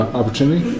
opportunity